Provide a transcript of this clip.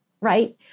right